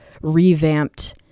revamped